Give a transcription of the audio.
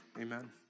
amen